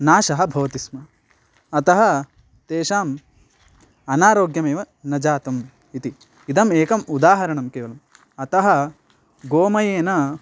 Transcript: नाशः भवति स्म अतः तेषाम् अनारोग्यमेव न जातम् इति इदम् एकम् उदाहरणं केवलम् अतः गोमयेन